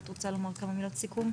את רוצה לומר כמה מילות סיכום?